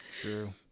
True